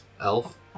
Elf